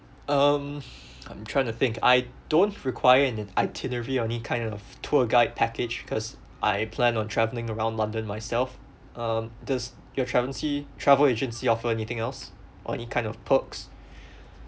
um I'm trying to think I don't require an itinerary only kind of tour guide package because I plan on traveling around london myself um does your travency travel agency offer anything else or any kind of perks